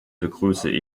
begrüße